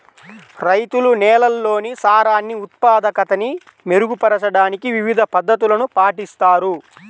రైతులు నేలల్లోని సారాన్ని ఉత్పాదకతని మెరుగుపరచడానికి వివిధ పద్ధతులను పాటిస్తారు